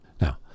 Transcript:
Now